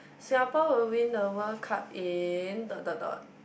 Singapore will win the World Cup in dot dot dot